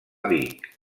vic